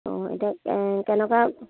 অঁ এতিয়া কেনেকুৱা